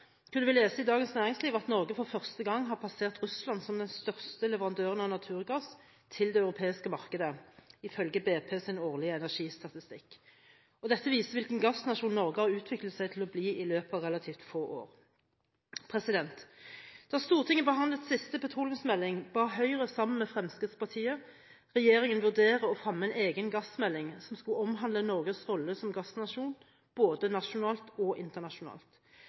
kunne vi lese i Dagens Næringsliv at Norge for første gang har passert Russland som den største leverandøren av naturgass til det europeiske markedet, ifølge BPs årlige energistatistikk. Dette viser hvilken gassnasjon Norge har utviklet seg til å bli i løpet av relativt få år. Da Stortinget behandlet siste petroleumsmelding, ba Høyre sammen med Fremskrittspartiet regjeringen vurdere å fremme en egen gassmelding som skulle omhandle Norges rolle som gassnasjon både nasjonalt og internasjonalt.